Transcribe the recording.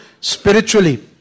spiritually